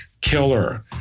killer